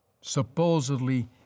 supposedly